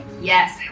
Yes